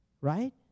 Right